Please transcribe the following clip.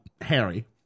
Harry